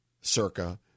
circa